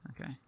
Okay